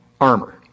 armor